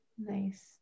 Nice